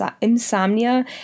insomnia